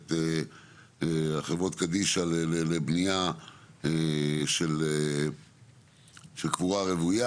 את חברות קדישא לבנייה של קבורה רוויה.